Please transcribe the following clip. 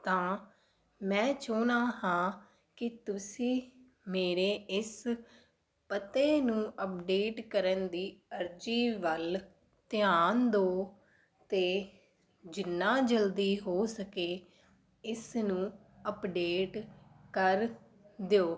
ਤਾਂ ਮੈਂ ਚਾਹੁੰਦਾ ਹਾਂ ਕਿ ਤੁਸੀਂ ਮੇਰੇ ਇਸ ਪਤੇ ਨੂੰ ਅਪਡੇਟ ਕਰਨ ਦੀ ਅਰਜ਼ੀ ਵੱਲ ਧਿਆਨ ਦੋ ਅਤੇ ਜਿੰਨਾ ਜਲਦੀ ਹੋ ਸਕੇ ਇਸ ਨੂੰ ਅਪਡੇਟ ਕਰ ਦਿਓ